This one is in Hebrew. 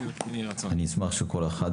אני אשמח שכל אחד